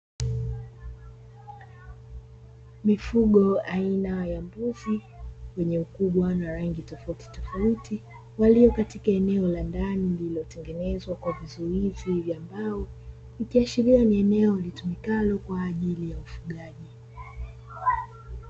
Mifugo aina ya mbuzi yenye ukubwa na rangi tofauti tofauti walio katika eneo la ndani lililotengenezwa kwa vizuizi vya mbao, ikiashiria kuwa ni eneo litumikalo kwa ajili ya ufugaji.